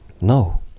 no